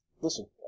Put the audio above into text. Listen